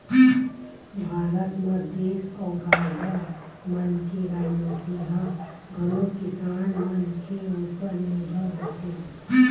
भारत म देस अउ राज मन के राजनीति ह घलोक किसान मन के उपर निरभर होथे